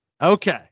Okay